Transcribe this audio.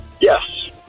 Yes